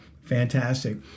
Fantastic